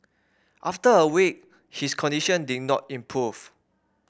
after a week his condition did not improve